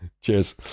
Cheers